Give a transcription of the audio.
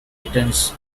returns